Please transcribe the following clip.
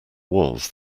was